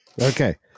okay